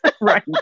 Right